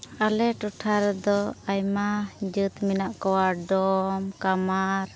ᱟᱞᱮ ᱴᱚᱴᱷᱟ ᱨᱮᱫᱚ ᱟᱭᱢᱟ ᱡᱟᱹᱛ ᱢᱮᱱᱟᱜ ᱠᱚᱣᱟ ᱰᱚᱢ ᱠᱟᱢᱟᱨ